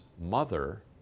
mother